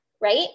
right